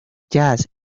jazz